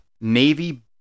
Navy